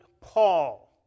Paul